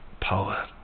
power